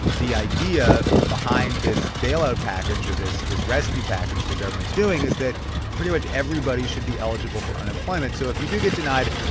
the idea behind this bailout package or this this rescue package the government's doing is that pretty much everybody should be eligible for unemployment. so if you do get denied,